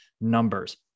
numbers